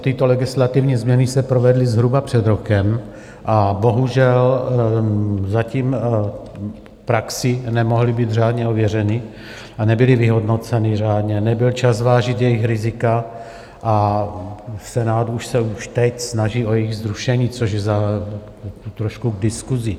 Tyto legislativní změny se provedly zhruba před rokem, bohužel zatím v praxi nemohly být řádně ověřeny a nebyly vyhodnoceny řádně, nebyl čas zvážit jejich rizika, a Senát se už teď snaží o jejich zrušení, což je trošku k diskusi.